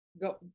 go